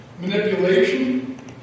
manipulation